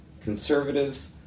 Conservatives